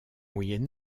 moyen